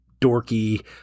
dorky